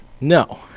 No